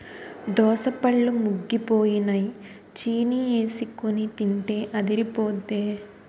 దోసపళ్ళు ముగ్గిపోయినై చీనీఎసికొని తింటే అదిరిపొద్దే